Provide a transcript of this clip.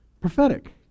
Prophetic